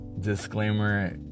Disclaimer